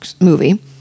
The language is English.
movie